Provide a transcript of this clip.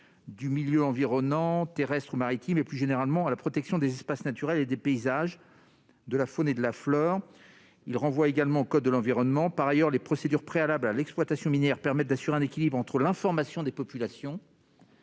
du milieu environnant terrestre ou maritime et, plus généralement, à la protection des espaces naturels et des paysages de la faune et de la flore. Il renvoie également au code de l'environnement. Par ailleurs, les procédures préalables à l'exploitation minière permettent d'assurer un équilibre entre l'information des populations,